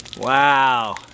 wow